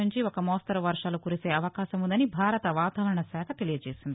నుంచి ఒక మోస్తరు వర్షాలు కురిసే అవకాశం ఉందని భారత వాతావరణ శాఖ తెలియజేసింది